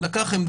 הוא אמר עמדה,